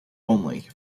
only